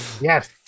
yes